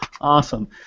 Awesome